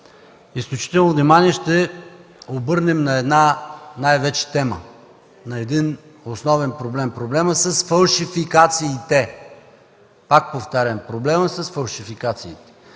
изключително внимание ще обърнем най-вече на една тема, на един основен проблем – проблемът с фалшификациите. Пак повтарям – проблемът с фалшификациите!